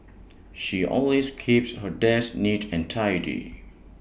she always keeps her desk neat and tidy